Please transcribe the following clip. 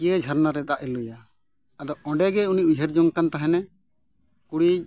ᱠᱤᱭᱟᱹ ᱡᱷᱟᱨᱱᱟ ᱨᱮ ᱫᱟᱜᱮ ᱞᱩᱭᱟ ᱟᱫᱚ ᱚᱸᱰᱮ ᱜᱮ ᱩᱱᱤ ᱩᱭᱦᱟᱹᱨ ᱡᱚᱝ ᱠᱟᱱ ᱛᱟᱦᱮᱱᱮ ᱠᱩᱲᱤᱭᱤᱡ